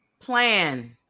Plan